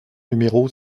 numéro